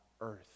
earth